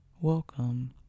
welcome